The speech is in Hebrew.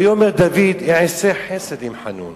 ויאמר דוד: אעשה חסד עם חנון